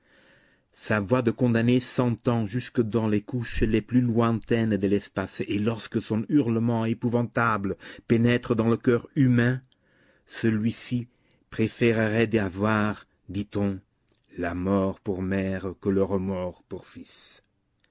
sa voix de condamné s'entend jusque dans les couches les plus lointaines de l'espace et lorsque son hurlement épouvantable pénètre dans le coeur humain celui-ci préférerait avoir dit-on la mort pour mère que le remords pour fils